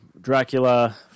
Dracula